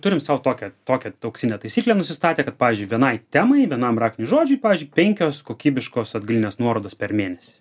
turim sau tokią tokią auksinę taisyklę nusistatę kad pavyzdžiui vienai temai vienam raktiniam žodžiui pavyzdžiui penkios kokybiškos atgalinės nuorodos per mėnesį